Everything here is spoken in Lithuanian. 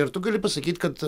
ir tu gali pasakyt kad